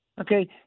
Okay